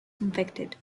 convicted